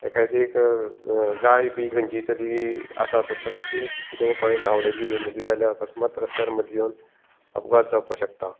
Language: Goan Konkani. एकादी एक गाय बी खंयचीय तरी आसात जाल्यार ती कितेंय कोणेंय धांवडयली बंडयली आसल्यार अकस्मात रस्त्यार मदीं येवून अपघात जावपा शकता